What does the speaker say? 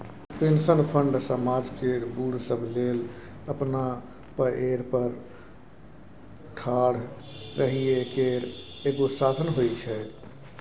pension fund समाज केर बूढ़ सब लेल अपना पएर पर ठाढ़ रहइ केर एगो साधन होइ छै